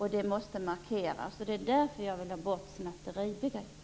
Det är därför som jag vill få bort snatteribegreppet.